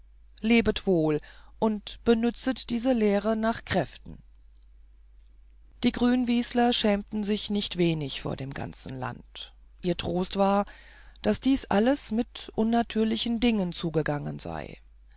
lebet wohl und benützet diese lehre nach kräften die grünwieseler schämten sich nicht wenig vor dem ganzen land ihr trost war daß dies alles mit unnatürlichen dingen zugegangen sei